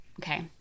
Okay